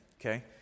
okay